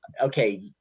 okay